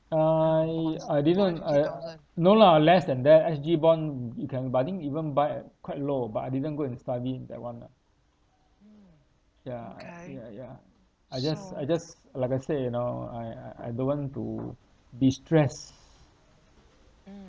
I I didn't I no lah less than that S_G bond y~ you can buy I think even buy at quite low but I didn't go and study that [one] ah ya ya ya I just I just like I say you know I I I don't want to be stressed